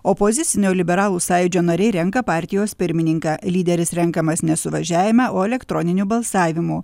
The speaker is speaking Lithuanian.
opozicinio liberalų sąjūdžio nariai renka partijos pirmininką lyderis renkamas ne suvažiavime o elektroniniu balsavimu